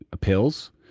pills